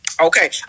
okay